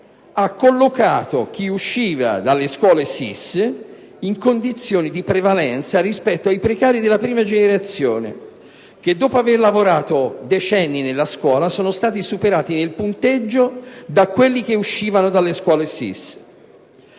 ha collocato chi usciva dalle SSIS in condizioni di prevalenza rispetto ai precari della prima generazione che, dopo aver lavorato decenni nella scuola, sono stati superati nel punteggio da quelli che uscivano dalle SSIS. Si